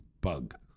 bug